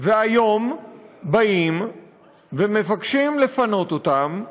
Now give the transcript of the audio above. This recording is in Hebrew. והיום באים ומבקשים לפנות אותם,